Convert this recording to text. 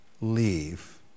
leave